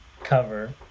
Cover